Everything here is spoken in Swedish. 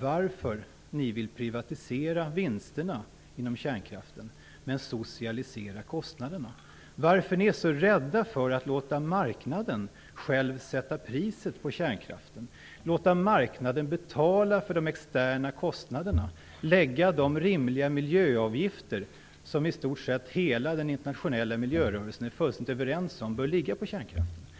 Varför vill ni privatisera vinsterna inom kärnkraften men socialisera kostnaderna? Varför är ni så rädda för att låta marknaden själv sätta priset på kärnkraften, låta marknaden betala för de externa kostnaderna, lägga de rimliga miljöavgifter som i stort sett hela den internationella miljörörelsen är överens om bör ligga på kärnkraften?